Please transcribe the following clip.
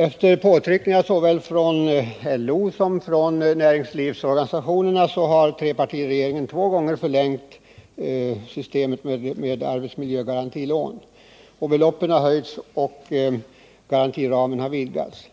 Efter påtryckningar såväl från LO som från näringslivsorganisationerna har trepartiregeringen två gånger förlängt systemet med arbetsmiljögarantilån. Beloppen har höjts och garantiramen har vidgats.